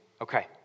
Okay